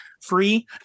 free